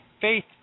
faith